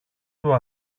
του